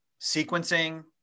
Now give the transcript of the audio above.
sequencing